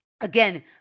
Again